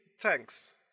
thanks